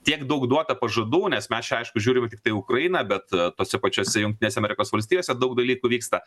tiek daug duota pažadų nes mes čia aišku žiūrime tiktai ukrainą bet tose pačiose jungtinėse amerikos valstijose daug dalykų vyksta